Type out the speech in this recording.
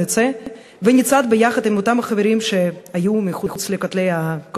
נצא ונצעד ביחד עם אותם החברים שהיו מחוץ לכנסת.